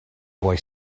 boy